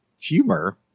humor